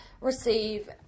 receive